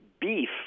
Beef